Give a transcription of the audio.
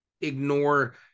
ignore